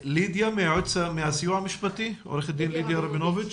מהסיוע המשפטי, עורכת דין לידיה רבינוביץ.